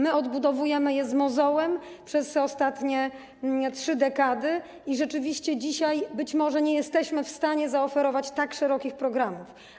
My odbudowujemy je z mozołem przez ostatnie trzy dekady i rzeczywiście dzisiaj być może nie jesteśmy w stanie zaoferować tak szerokich programów.